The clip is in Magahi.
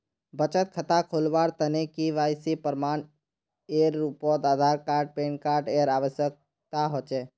बचत खता खोलावार तने के.वाइ.सी प्रमाण एर रूपोत आधार आर पैन कार्ड एर आवश्यकता होचे